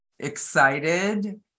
excited